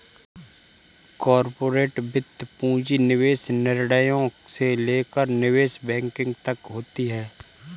corporate वित्त पूंजी निवेश निर्णयों से लेकर निवेश बैंकिंग तक होती हैं